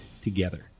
together